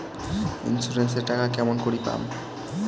Insurance এর টাকা কেমন করি পাম?